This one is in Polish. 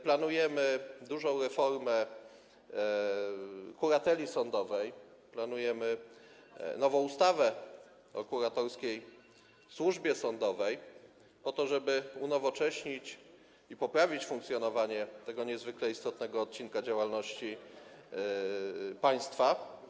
Planujemy dużą reformę kurateli sądowej, nową ustawę o kuratorskiej służbie sądowej po to, żeby unowocześnić i poprawić funkcjonowanie tego niezwykle istotnego odcinka działalności państwa.